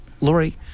Lori